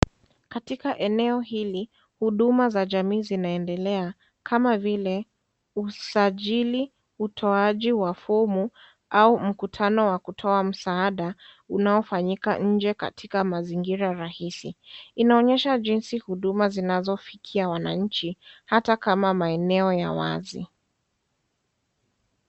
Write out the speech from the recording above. Katika eneo hili, huduma za jamii zinaendelea kama vile usajili, utoaji wa fomu au mkutano wa kutoa msaada unaofanyika nje katika mazingira rahisi. Inaonyesha jinsi huduma zinazofikia wananchi ata kama maeneo ya wazi.